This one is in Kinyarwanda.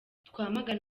twamagane